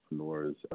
entrepreneurs